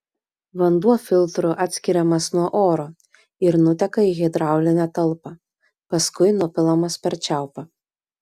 vanduo filtru atskiriamas nuo oro ir nuteka į hidraulinę talpą paskui nupilamas per čiaupą